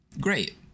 Great